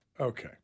Okay